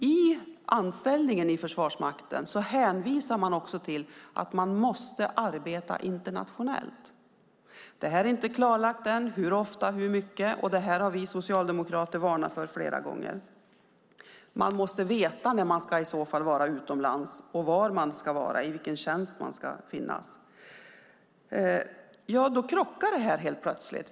I anställningen hos Försvarsmakten hänvisas dock till att man måste arbeta internationellt. Hur ofta och hur mycket är inte klarlagt än. Detta har vi socialdemokrater varnat för flera gånger. Man måste veta när man i så fall ska vara utomlands, liksom var man ska vara och i vilken tjänst. Helt plötsligt krockar alltså detta.